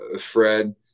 Fred